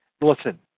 listen